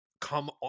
come